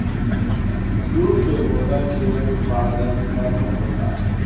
jute के बोरा के उत्पादन कम होला